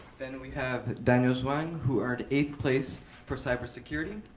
then we have daniel zwang who earned eighth place for cyber security.